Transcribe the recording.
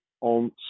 on